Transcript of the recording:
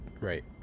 Right